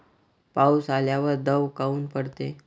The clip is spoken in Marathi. पाऊस आल्यावर दव काऊन पडते?